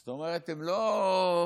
זאת אומרת, הם לא פנטזו,